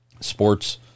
sports